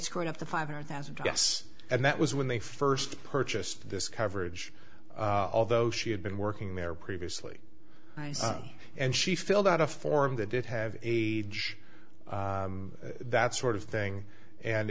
screwed up the five hundred thousand dress and that was when they first purchased this coverage although she had been working there previously and she filled out a form that did have age that sort of thing and